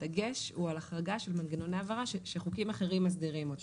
הדגש הוא על החרגה של מנגנון העברה שחוקים אחרים מסדירים אותם,